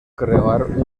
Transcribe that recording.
creuar